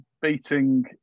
beating